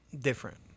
different